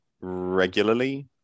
regularly